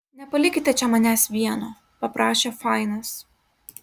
nepalikite čia manęs vieno paprašė fainas